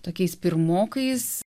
tokiais pirmokais